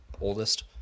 oldest